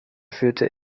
führte